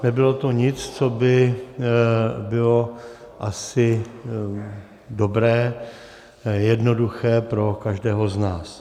Nebylo to nic, co by bylo asi dobré, jednoduché pro každého z nás.